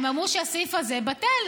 הם אמרו שהסעיף הזה בטל.